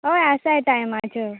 होय आसा टायमाच्यो